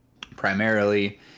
primarily